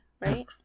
right